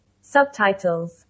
subtitles